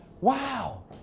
wow